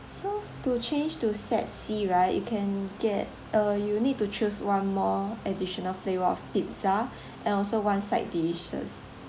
so to change to set C right you can get uh you need to choose one more additional flavor of pizza and also one side dishes